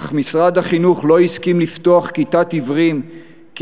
אך משרד החינוך לא הסכים לפתוח כיתת עיוורים כי